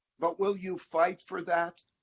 but will you fight for that?